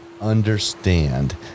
understand